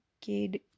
kid